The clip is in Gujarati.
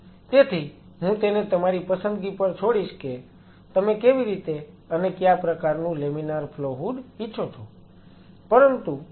તેથી હું તેને તમારી પસંદગી પર છોડીશ કે તમે કેવી રીતે અને કયા પ્રકારનું લેમિનાર ફ્લો હૂડ ઈચ્છો છો